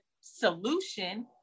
solution